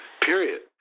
period